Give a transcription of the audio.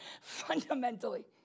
fundamentally